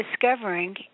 discovering